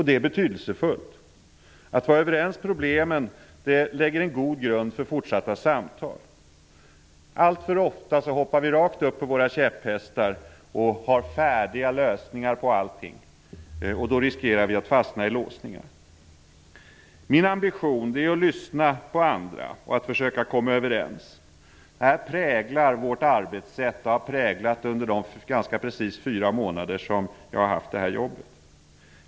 Det är betydelsefullt. Att vara överens om problemen lägger en god grund för fortsatta samtal. Alltför ofta hoppar vi rakt upp på våra käpphästar och har färdiga lösningar på allt. Då riskerar vi att fastna i låsningar. Min ambition är att lyssna på andra och att försöka komma överens. Detta präglar vårt arbetssätt, och har präglat det under de ganska precis fyra månader som jag har haft det här jobbet.